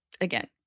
again